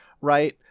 Right